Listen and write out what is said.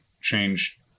change